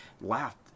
laughed